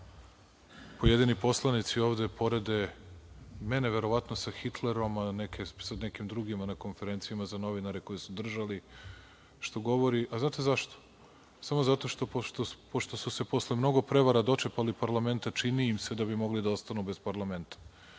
pojedini poslanici ovde porede, mene verovatno sa Hitlerom, a neke sa nikim drugima na konferencijama za novinare koje su držali. Znate zašto? Samo zato pošto su se posle mnogo prevara dočepali parlamenta i čini im se da bi mogli da ostanu bez parlamenta.